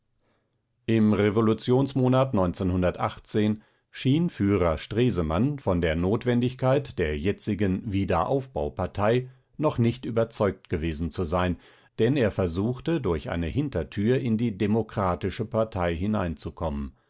im revolutionsmonat schien führer stresemann von der notwendigkeit der jetzigen wiederaufbaupartei noch nicht überzeugt gewesen zu sein denn er versuchte durch eine hintertür in die demokratische partei hineinzukommen